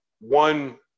one